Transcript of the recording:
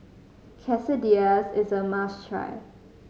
Quesadillas is a must try